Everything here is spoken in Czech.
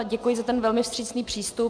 Děkuji za ten velmi vstřícný přístup.